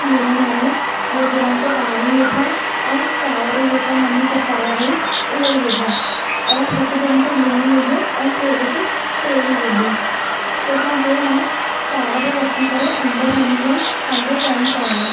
जंहिंमें माने ॿ गिलास पाणी विझा ऐं चांवर जेका मम्मी पिसाये वई उहे विझा और हिक जन जो लूण विझो और थोरो सौ तेल विझो तंहिंखां पोइ मां चांवर रखी करे अंदरि हली वयमि पंहिंजो कम करण